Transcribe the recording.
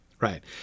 Right